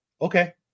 okay